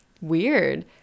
Weird